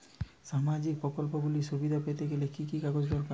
সামাজীক প্রকল্পগুলি সুবিধা পেতে গেলে কি কি কাগজ দরকার?